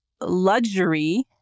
luxury